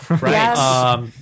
right